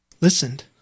listened